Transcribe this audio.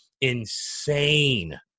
insane